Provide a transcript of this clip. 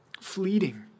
fleeting